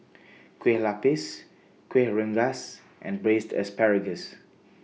Kueh Lapis Kueh Rengas and Braised Asparagus